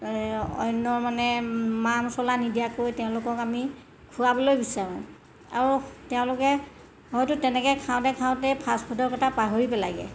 অন্যৰ মানে মা মচলা নিদিয়াকৈ তেওঁলোকক আমি খোৱাবলৈ বিচাৰোঁ আৰু তেওঁলোকে হয়তো তেনেকৈ খাওঁতে খাওঁতে ফাষ্টফুডৰ কথা পাহৰি পেলাগৈ